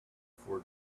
for